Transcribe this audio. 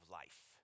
life